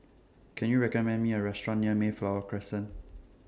Can YOU recommend Me A Restaurant near Mayflower Crescent